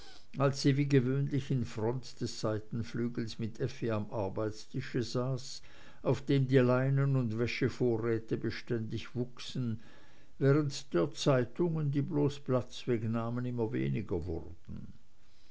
als sie wie gewöhnlich in front des seitenflügels mit effi am arbeitstisch saß auf dem die leinen und wäschevorräte beständig wuchsen während der zeitungen die bloß platz wegnahmen immer weniger wurden